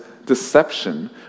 Deception